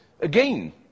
again